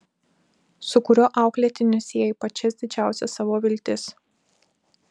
su kuriuo auklėtiniu sieji pačias didžiausias savo viltis